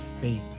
faith